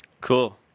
Cool